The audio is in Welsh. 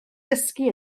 dysgu